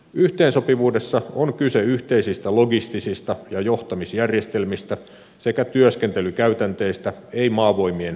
yhteensopivuudessa on kyse yhteisistä logistisista ja johtamisjärjestelmistä sekä työskentelykäytänteistä ei maavoimien asemalleista ja kaliipereista